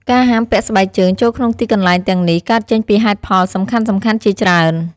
ការហាមពាក់ស្បែកជើងចូលក្នុងទីកន្លែងទាំងនេះ កើតចេញពីហេតុផលសំខាន់ៗជាច្រើន។